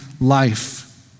life